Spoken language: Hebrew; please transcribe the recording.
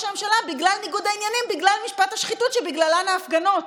הממשלה בגלל ניגוד העניינים ובגלל משפט השחיתות שבגללם ההפגנות.